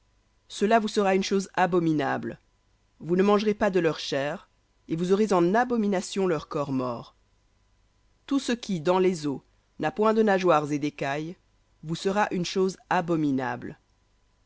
cela vous sera une chose abominable vous ne mangerez pas de leur chair et vous aurez en abomination leur corps mort tout ce qui dans les eaux n'a point de nageoires et d'écailles vous sera une chose abominable